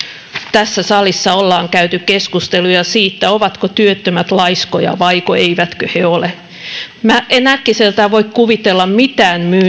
tässä salissa ollaan käyty keskusteluja siitä ovatko työttömät laiskoja vai eivätkö ole en äkkiseltään voi kuvitella mitään